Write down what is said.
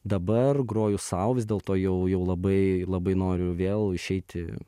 dabar groju sau vis dėlto jau jau labai labai noriu vėl išeiti